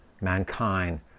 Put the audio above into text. mankind